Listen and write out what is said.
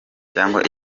cyangwa